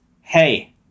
hey